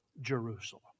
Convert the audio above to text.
Jerusalem